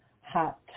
Hot